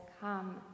come